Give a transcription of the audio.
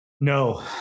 No